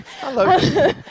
Hello